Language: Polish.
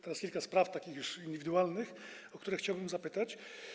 Teraz kilka spraw już takich indywidualnych, o które chciałbym zapytać.